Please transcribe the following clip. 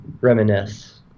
reminisce